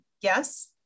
Yes